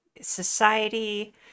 Society